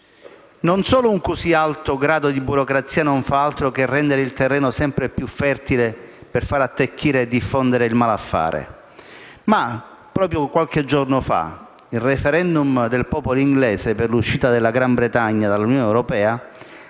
Non solo un così alto grado di burocrazia non fa altro che rendere il terreno sempre più fertile per far attecchire e diffondere il malaffare, ma proprio il *referendum* di qualche giorno fa del popolo inglese per l'uscita della Gran Bretagna dall'Unione europea